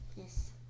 Yes